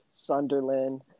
Sunderland